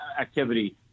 activity